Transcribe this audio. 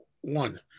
one